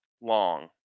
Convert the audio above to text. Long